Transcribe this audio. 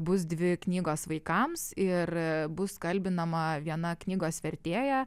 bus dvi knygos vaikams ir bus kalbinama viena knygos vertėja